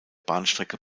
bahnstrecke